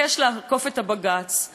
ואני שואלת, כאן, מעל במת הכנסת: